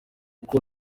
kuko